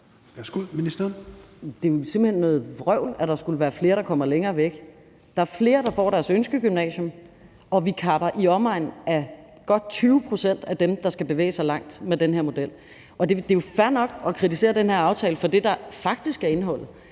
Det er jo simpelt hen noget vrøvl, at der skulle være flere, der kommer længere væk. Der er flere, der får deres ønskegymnasium, og vi kapper i omegnen af godt 20 pct. af i forhold til dem, der skal bevæge sig langt, med den her model. Det er jo fair nok at kritisere den her aftale for det, der faktisk er indholdet,